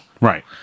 Right